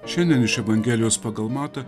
šiandien iš evangelijos pagal matą